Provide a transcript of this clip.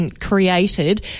created